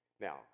Now